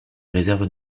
réserves